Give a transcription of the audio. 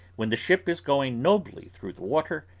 when the ship is going nobly through the water,